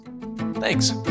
Thanks